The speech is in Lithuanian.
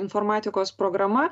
informatikos programa